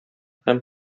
һәм